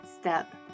step